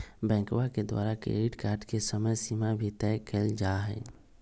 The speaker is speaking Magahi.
बैंकवा के द्वारा क्रेडिट कार्ड के समयसीमा भी तय कइल जाहई